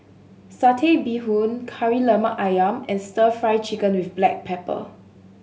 Satay Bee Hoon Kari Lemak Ayam and Stir Fry Chicken with black pepper